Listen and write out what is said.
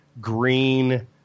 green